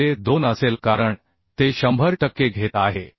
भागिले 2 असेल कारण ते 100 टक्के घेत आहे